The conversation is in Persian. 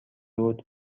بود